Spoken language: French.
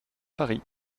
paris